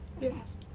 Yes